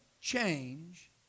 change